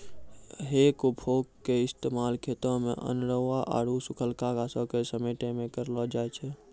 हेइ फोक के इस्तेमाल खेतो मे अनेरुआ आरु सुखलका घासो के समेटै मे करलो जाय छै